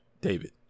David